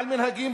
ועל מנהגים,